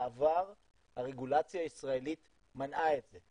בעבר הרגולציה הישראלית מנעה את זה,